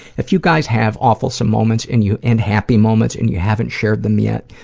if you guys have awfulsome moments and you and happy moments and you haven't shared them yet,